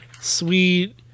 sweet